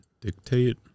dictate